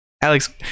Alex